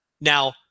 Now